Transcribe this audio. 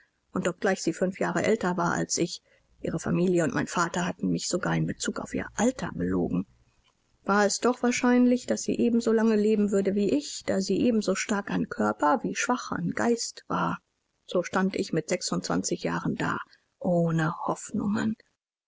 und obgleich sie fünf jahre älter war als ich ihre familie und mein vater hatten mich sogar in bezug auf ihr alter belogen war es doch wahrscheinlich daß sie ebenso lange leben würde wie ich da sie ebenso stark an körper wie schwach an geist war so stand ich mit sechsundzwanzig jahren da ohne hoffnungen